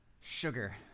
Sugar